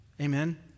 Amen